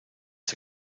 der